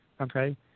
okay